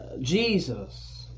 Jesus